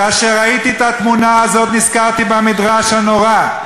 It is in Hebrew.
כאשר ראיתי את התמונה הזאת נזכרתי במדרש הנורא,